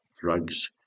drugs